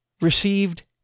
received